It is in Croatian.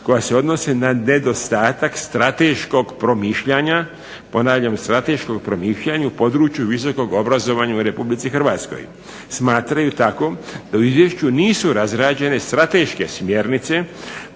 promišljanja. Ponavljam strateškog promišljanja u području visokog obrazovanja u Republici Hrvatskoj. Smatraju tako da u izvješću nisu razrađene strateške smjernice